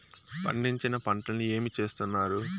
పండించిన పంటలని ఏమి చేస్తున్నారు?